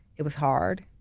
it was hard.